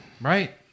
Right